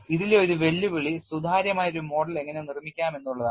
ഇതിലെ ഒരു വെല്ലുവിളി സുതാര്യമായ ഒരു മോഡൽ എങ്ങനെ നിർമ്മിക്കാം എന്നുള്ളതാണ്